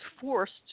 forced